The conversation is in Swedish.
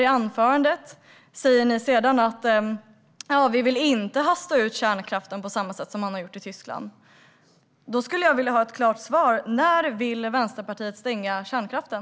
I anförandet säger ni sedan att ni inte vill hasta ut kärnkraften på samma sätt som i Tyskland. Jag vill ha ett klart svar: När vill Vänsterpartiet stänga kärnkraften?